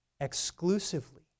exclusively